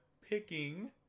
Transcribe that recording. picking